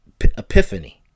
epiphany